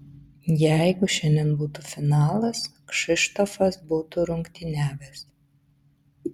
jeigu šiandien būtų finalas kšištofas būtų rungtyniavęs